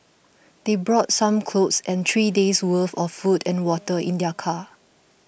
they brought some clothes and three days' worth of food and water in their car